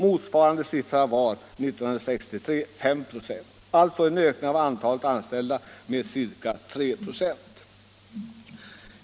Motsvarande siffra år 1963 var 5 96 — alltså en ökning av antalet anställda med ca 3 96.